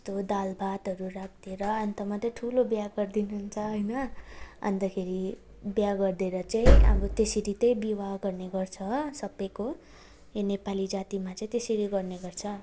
यस्तो दाल भातहरू राखिदिएर अन्त मात्रै ठुलो बिहे गरिदिनु हुन्छ होइन अन्तखेरि बिहे गरिदिएर चाहिँ अब त्यसरी चाहिँ विवाह गर्ने गर्छ सबैको यो नेपाली जातिमा चाहिँ त्यसरी गर्ने गर्छ